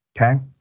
Okay